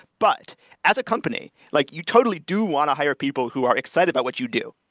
but as a company, like you totally do want to hire people who are excited about what you do.